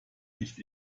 nicht